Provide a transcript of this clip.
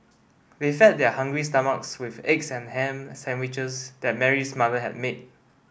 they fed their hungry stomachs with eggs and ham sandwiches that Mary's mother had made